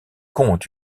comptent